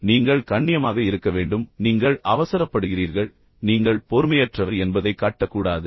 எனவே நீங்கள் மிகவும் கண்ணியமாக இருக்க வேண்டும் நீங்கள் அவசரப்படுகிறீர்கள் நீங்கள் பொறுமையற்றவர் என்பதைக் காட்ட கூடாது